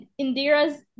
Indira's